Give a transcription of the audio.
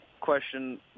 question